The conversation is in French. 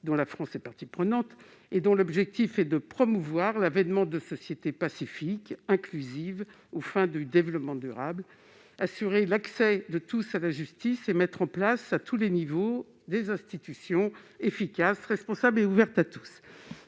dont la France est partie prenante et dont l'un des objectifs est de « promouvoir l'avènement de sociétés pacifiques et inclusives aux fins du développement durable, assurer l'accès de tous à la justice et mettre en place, à tous les niveaux, des institutions efficaces, responsables et ouvertes à tous